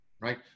Right